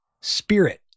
spirit